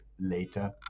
later